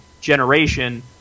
generation